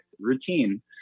routine